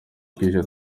bwije